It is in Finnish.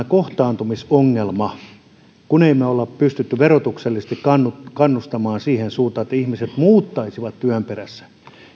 kohtaanto ongelmaan kun emme me ole pystyneet verotuksellisesti kannustamaan kannustamaan siihen suuntaan että ihmiset muuttaisivat työn perässä